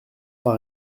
par